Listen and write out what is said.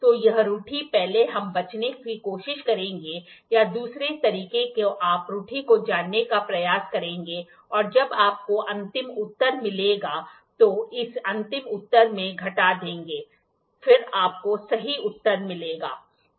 तो यह त्रुटि पहले हम बचने की कोशिश करेंगे या दूसरे तरीके से आप त्रुटि को जानने का प्रयास करेंगे और जब आपको अंतिम उत्तर मिलेगा तो इसे अंतिम उत्तर से घटा दें फिर आपको सही उत्तर मिलेगा